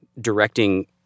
directing